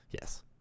Yes